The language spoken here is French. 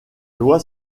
loi